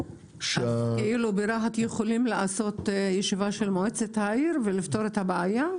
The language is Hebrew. כאילו ברהט יכולים לעשות ישיבה של מועצת העיר ולפתור את הבעיה?